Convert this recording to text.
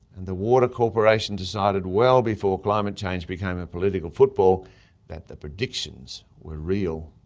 and the water corporation decided well before climate change became a political football that the predictions were real.